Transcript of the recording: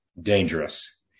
dangerous